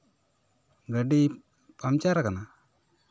ᱜᱟᱹᱰᱤ ᱯᱟᱢᱪᱟᱨ ᱠᱟᱱᱟ